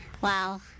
Wow